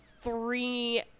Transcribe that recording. three